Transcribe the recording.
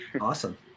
awesome